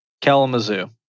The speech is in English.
Kalamazoo